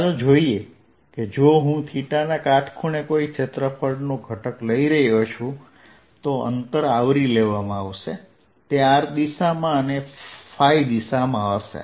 ચાલો જોઈએ કે જો હું θના કાટખૂણે કોઈ ક્ષેત્રફળનો ઘટક લઈ રહ્યો છું તો અંતર આવરી લેવામાં આવશે તે r દિશામાં અને ϕદિશામાં હશે